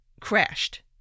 crashed